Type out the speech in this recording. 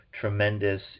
tremendous